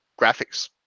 graphics